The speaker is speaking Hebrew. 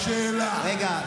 רגע,